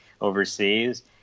overseas